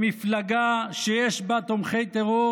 למפלגה שיש בה תומכי טרור,